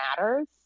matters